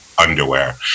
underwear